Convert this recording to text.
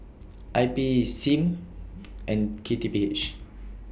I P SIM and K T P H